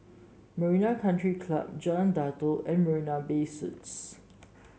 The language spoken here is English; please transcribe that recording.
Marina Country Club Jalan Datoh and Marina Bay Suites